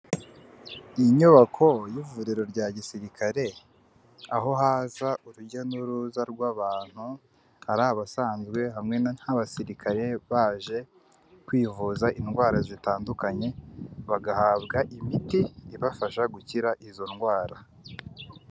Inyubako y'ivuriro rya gisirikare aho haza urujya n'uruza rw'abantu ar'abasanzwe hamwe n'abasirikare baje kwivuza indwara zitandukanye bagahabwa imiti ibafasha gukira izo ndwara.